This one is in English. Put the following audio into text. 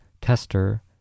Tester